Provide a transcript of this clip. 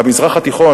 במזרח התיכון,